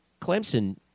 Clemson